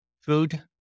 food